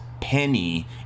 Penny